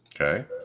Okay